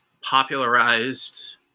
popularized